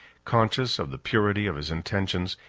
conscious of the purity of his intentions,